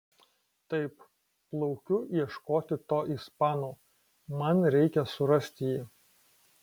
taip plaukiu ieškoti to ispano man reikia surasti jį